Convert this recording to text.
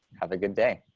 have a good day.